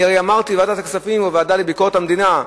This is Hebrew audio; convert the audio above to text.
אמרתי בוועדת הכספים, או בוועדה לביקורת המדינה,